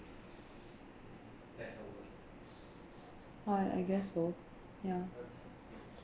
why I guess so ya